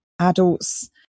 adults